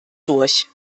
durch